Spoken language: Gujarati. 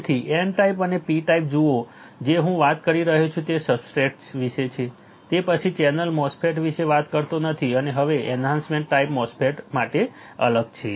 તેથી N ટાઈપ અને P ટાઈપ જુઓ જે હું વાત કરી રહ્યો છું તે સબસ્ટ્રેટ વિશે છે તે પછી ચેનલ MOSFET વિશે વાત કરતો નથી અને હવે એન્હાન્સમેન્ટ ટાઈપ MOSFET માટે અલગ છે